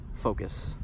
focus